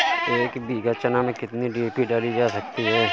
एक बीघा चना में कितनी डी.ए.पी डाली जा सकती है?